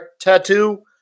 tattoo